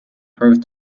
proved